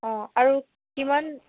অ' আৰু কিমান